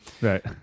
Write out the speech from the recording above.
Right